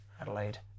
Adelaide